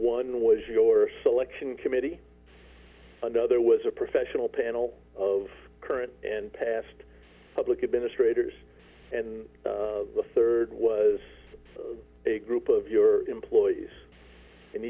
one was your selection committee fund other was a professional panel of current and past flic administrators and the third was a group of your employees in